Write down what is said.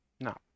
No